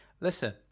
Listen